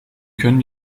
können